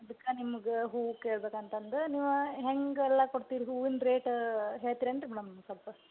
ಅದಕ್ಕೆ ನಿಮ್ಗೆ ಹೂ ಕೇಳ್ಬೇಕು ಅಂತಂದು ನೀವು ಹೆಂಗೆಲ್ಲ ಕೊಡ್ತೀರಿ ಹೂವಿನ ರೇಟ್ ಹೇಳ್ತಿರ ಏನು ರೀ ಮೇಡಮ್ ಸ್ವಲ್ಪ